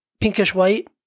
pinkish-white